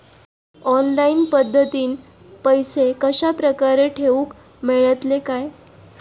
Online पद्धतीन पैसे कश्या प्रकारे ठेऊक मेळतले काय?